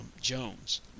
Jones